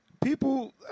people